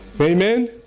Amen